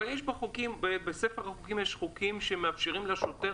הרי יש בספר החוקים חוקים שמאפשרים לשוטר